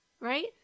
right